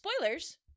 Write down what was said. Spoilers